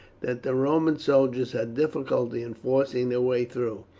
that the roman soldiers had difficulty in forcing their way through.